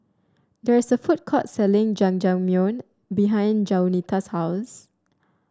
there is a food court selling Jajangmyeon behind Jaunita's house